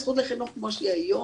הזכות לחינוך כמו שהיא היום,